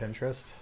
Pinterest